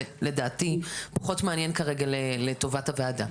זה לדעתי פחות מעניין כרגע לטובת הוועדה.